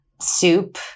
soup